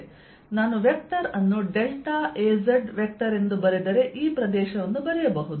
ಆದ್ದರಿಂದ ನಾನು ವೆಕ್ಟರ್ ಅನ್ನು ಡೆಲ್ಟಾ Az ವೆಕ್ಟರ್ ಎಂದು ಬರೆದರೆ ಈ ಪ್ರದೇಶವನ್ನು ಬರೆಯಬಹುದು